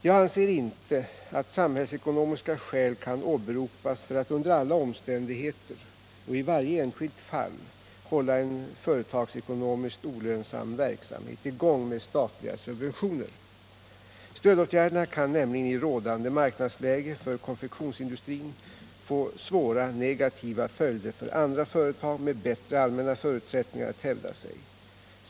Jag anser inte att samhällsekonomiska skäl kan åberopas för att under alla omständigheter och i varje enskilt fall hålla en företagsekonomiskt olönsam verksamhet i gång med statliga subventioner. Stödåtgärderna kan nämligen i rådande marknadsläge för konfektionsindustrin få svåra negativa följder för andra företag med bättre allmänna förutsättningar att hävda sig.